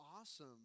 awesome